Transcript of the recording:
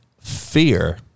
fear